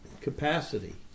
capacity